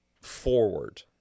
forward